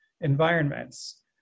Environments